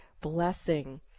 blessing